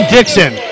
Dixon